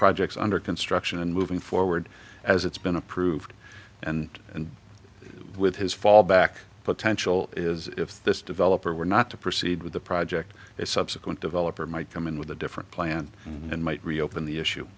projects under construction and moving forward as it's been approved and and with his fallback potential is if this developer were not to proceed with the project that subsequent developer might come in with a different plan and might reopen the issue